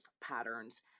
patterns